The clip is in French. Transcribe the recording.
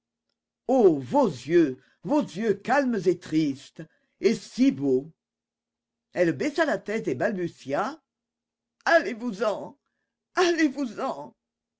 vos yeux vos yeux calmes et tristes et si beaux elle baissa la tête et balbutia allez-vous